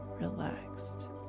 relaxed